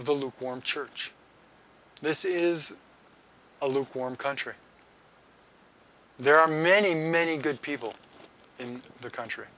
of the lukewarm church this is a lukewarm country there are many many good people in the country